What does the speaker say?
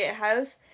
House